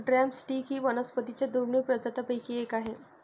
drum stick ही वनस्पतीं च्या दुर्मिळ प्रजातींपैकी एक आहे